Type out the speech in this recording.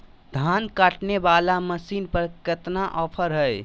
धान काटने वाला मसीन पर कितना ऑफर हाय?